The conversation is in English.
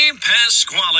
Pasquale